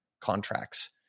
contracts